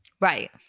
Right